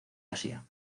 asia